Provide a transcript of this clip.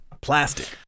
Plastic